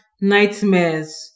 nightmares